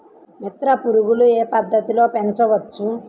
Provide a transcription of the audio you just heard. మిత్ర పురుగులు ఏ పద్దతిలో పెంచవచ్చు?